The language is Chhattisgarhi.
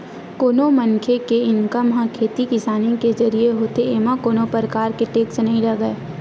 कोनो मनखे के इनकम ह खेती किसानी के जरिए होथे एमा कोनो परकार के टेक्स नइ लगय